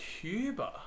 Cuba